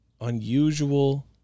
unusual